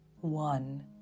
One